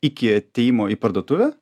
iki atėjimo į parduotuvę